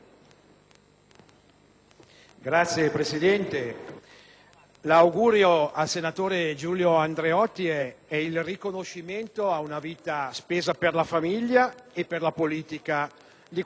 Signor Presidente, l'augurio al senatore Giulio Andreotti è il riconoscimento ad una vita spesa per la famiglia e la politica di questo Paese.